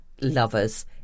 lovers